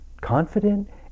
confident